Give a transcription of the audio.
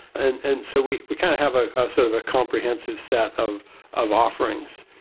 and and so, we we kind of have a ah sort of comprehensive set of of offerings.